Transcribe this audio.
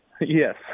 Yes